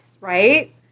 right